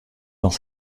dans